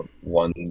one